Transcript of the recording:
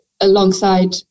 alongside